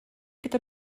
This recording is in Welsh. gyda